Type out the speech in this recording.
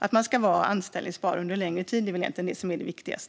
Att man ska vara anställbar under längre tid är väl egentligen det som är viktigast.